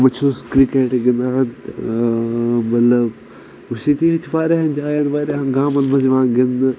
بہ چھُس کرکٹ گندان مطلب بہ چھُس ییٚتی ییٚہِ واریاہن جاین واریاہن گامن منٛز یِوان گنٛدنہٕ